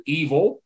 evil